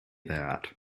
that